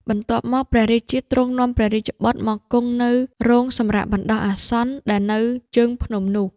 បន្ទាប់មក ព្រះរាជាទ្រង់នាំព្រះរាជបុត្រ មកគង់នៅរោងសម្រាកបណ្ដោះអាសន្ន ដែលនៅជើងភ្នំនោះ។